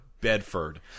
Bedford